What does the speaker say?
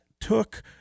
took